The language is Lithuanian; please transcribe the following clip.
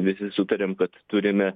visi sutarėm kad turime